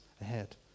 ahead